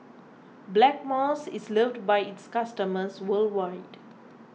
Blackmores is loved by its customers worldwide